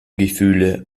gefühle